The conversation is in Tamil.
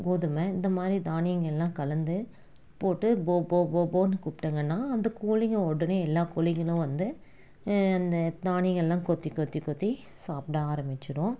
கோதுமை இந்த மாதிரி தானியங்கள் எல்லாம் கலந்து போட்டு போ போ போ போன்னு கூப்பிட்டிங்கன்னா அந்த கோழிங்கள் உடனே எல்லா கோழிங்களும் வந்து அந்த தானியங்களை எல்லாம் கொத்தி கொத்தி கொத்தி சாப்பிட ஆரம்மித்திடும்